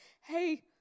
hey